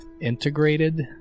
integrated